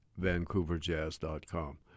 vancouverjazz.com